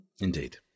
Indeed